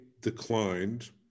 declined